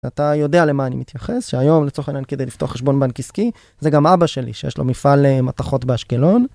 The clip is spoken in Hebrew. אתה יודע למה אני מתייחס, שהיום לצורך העניין כדי לפתוח חשבון בן עסקי זה גם אבא שלי שיש לו מפעל מתכות באשקלון.